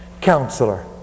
counselor